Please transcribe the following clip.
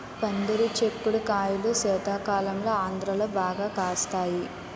పందిరి సిక్కుడు కాయలు శీతాకాలంలో ఆంధ్రాలో బాగా కాస్తాయి